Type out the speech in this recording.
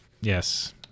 Yes